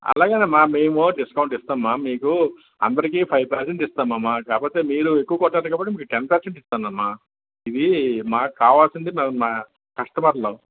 అలాగే అమ్మా మేము డిస్కౌంట్ ఇస్తాం మా మీకు అందరికి ఫైవ్ పర్సెంట్ ఇస్తాము అమ్మా కాకపోతే మీరు ఎక్కువ కొంటున్నారు కాబట్టి మీకు టెన్ పర్సెంట్ ఇస్తున్నాను అమ్మా ఇవి మాకు కావాల్సింది మా మా కస్టమర్లు